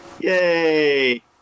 Yay